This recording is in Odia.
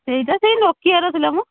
ସେଇଟା ସେଇ ନୋକିଆର ଥିଲା ମ